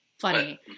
funny